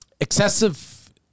Excessive